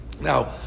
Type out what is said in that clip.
Now